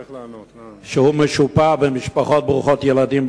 שמשופע במשפחות ברוכות ילדים,